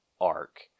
arc